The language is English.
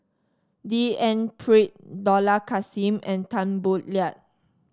D N Pritt Dollah Kassim and Tan Boo Liat